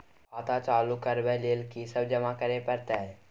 खाता चालू करबै लेल की सब जमा करै परतै?